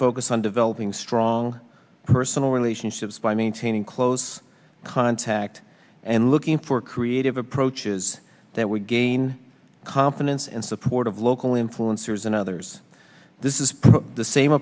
focus on developing strong personal relationships by maintaining close contact and looking for creative approaches that would gain confidence and support of local influencers and others this is the same